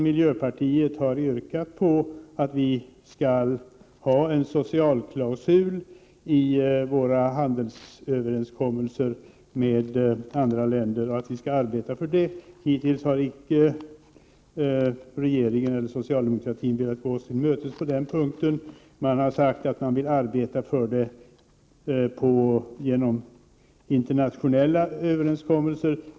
Miljöpartiet har yrkat på att Sverige skall arbeta för att få till stånd en socialklausul i handelsöverenskommelser med andra länder. Hittills har regeringen och socialdemokratin inte velat gå oss till mötes på den punkten. Man har sagt att man vill arbeta för detta genom internationella överenskommelser.